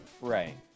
Right